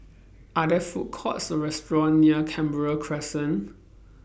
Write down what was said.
Are There Food Courts Or Restaurant near Canberra Crescent